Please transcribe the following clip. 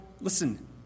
Listen